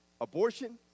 Abortion